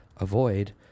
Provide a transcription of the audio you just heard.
avoid